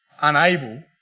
unable